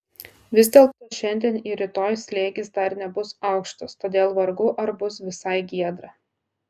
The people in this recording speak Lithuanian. vis dėlto šiandien ir rytoj slėgis dar nebus aukštas todėl vargu ar bus visai giedra